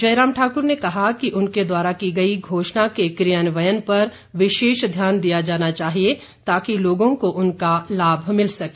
जयराम ठाकर ने कहा उनके द्वारा की गई घोषणा के कियान्वयन पर विशेष ध्यान दिया जाना चाहिए ताकि लोगों को उनका लाभ मिल सके